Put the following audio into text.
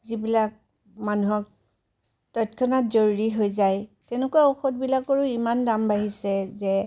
যিবিলাক মানুহক তৎক্ষণাত জৰুৰী হৈ যায় তেনেকুৱা ঔষধবিলাকৰো ইমান দাম বাঢ়িছে যে